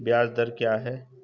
ब्याज दर क्या है?